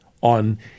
on